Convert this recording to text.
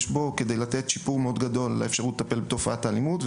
יש בו כדי לתת שיפור מאוד גדול לאפשרות לטפל בתופעת האלימות.